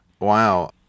Wow